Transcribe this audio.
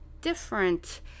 different